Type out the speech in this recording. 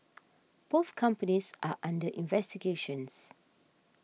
both companies are under investigation